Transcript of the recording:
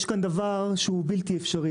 יש כאן דבר שהוא בלתי אפשרי.